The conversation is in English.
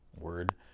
word